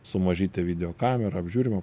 su mažyte videokamera apžiūrima